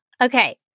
Okay